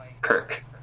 kirk